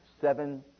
seven